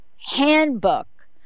handbook